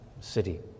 city